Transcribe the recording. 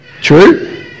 True